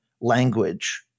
language